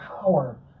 power